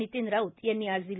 नितीन राऊत यांनी आज दिली